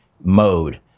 mode